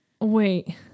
wait